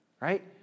right